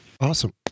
awesome